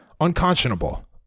unconscionable